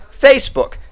Facebook